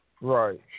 Right